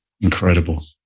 incredible